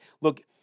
Look